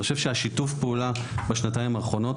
אני חושב שהשיתוף פעולה בשנתיים האחרונות,